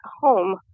home